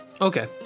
Okay